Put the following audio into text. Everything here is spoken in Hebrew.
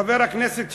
חבר הכנסת שטרית,